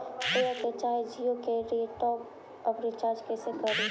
Airtel चाहे जियो के लिए टॉप अप रिचार्ज़ कैसे करी?